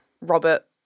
Robert